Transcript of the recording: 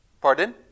Pardon